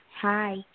hi